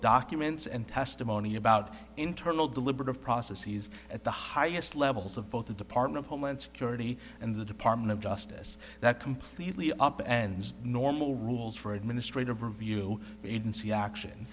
documents and testimony about internal deliberative process he's at the highest levels of both the department of homeland security and the department of justice that completely up and normal rules for administrative review agency action